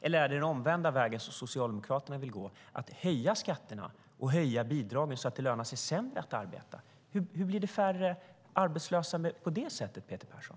Eller ska vi gå i motsatt riktning som Socialdemokraterna vill och höja skatterna och bidragen så att det lönar sig sämre att arbeta? Hur blir det färre arbetslösa då, Peter Persson?